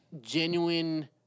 genuine